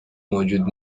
موجود